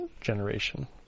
generation